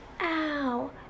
Ow